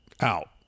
out